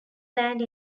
land